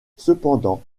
cependant